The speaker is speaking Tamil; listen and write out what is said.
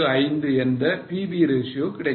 625 என்ற PV ratio கிடைக்கும்